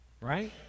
right